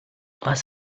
was